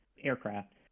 aircraft